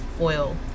oil